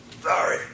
sorry